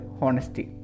honesty